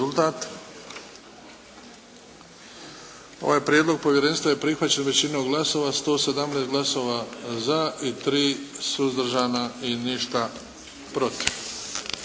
Rezultat. Ovaj prijedlog povjerenstva je prihvaćen većinom glasova, 117 glasova za i 3 suzdržana i ništa protiv.